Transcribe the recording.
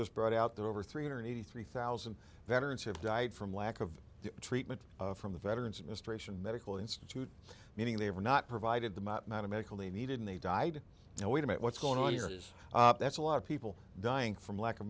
just brought out there over three hundred eighty three thousand veterans have died from lack of treatment from the veterans administration medical institute meaning they were not provided them out mathematically needed and they died now wait a minute what's going on here is that's a lot of people dying from lack of